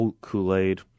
Kool-Aid